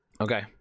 okay